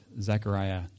Zechariah